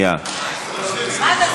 אדוני היושב-ראש,